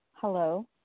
Hello